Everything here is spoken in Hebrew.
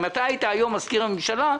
אם היית מזכיר הממשלה,